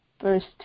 first